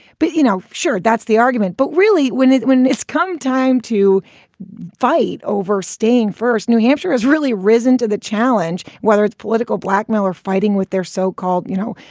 but, you know, sure, that's the argument. but really, when it when it's come time to fight over staying first, new hampshire has really risen to the challenge, whether it's political blackmail or fighting with their so-called, you know,